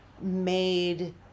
made